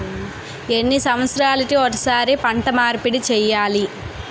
ఎన్ని సంవత్సరాలకి ఒక్కసారి పంట మార్పిడి చేయాలి?